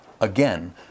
Again